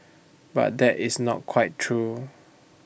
but that is not quite true